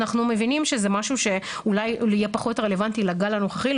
אנחנו מבינים שזה משהו שאולי יהיה פחות רלוונטי לגל הנוכחי,